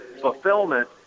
fulfillment